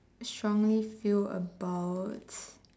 strongly feel about